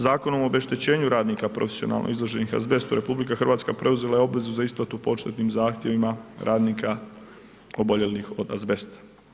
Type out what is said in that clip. Zakonom o obeštećenju radnika profesionalno izloženih azbestu RH preuzela je obvezu za isplatu početnim zahtjevima radnika oboljelih od azbesta.